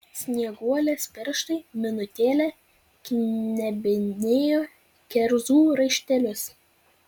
snieguolės pirštai minutėlę knebinėjo kerzų raištelius